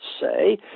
say